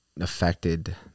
affected